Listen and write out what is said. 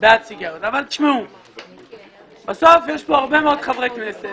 אבל בסוף יש פה הרבה מאוד חברי כנסת